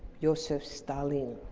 joseph stalin.